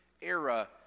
era